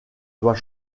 doit